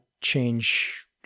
change